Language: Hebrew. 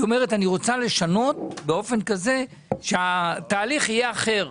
היא אומרת שהיא רוצה לשנות באופן כזה שהתהליך יהיה אחר.